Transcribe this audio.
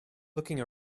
looking